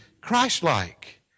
Christ-like